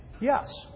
Yes